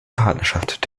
partnerschaft